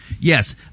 Yes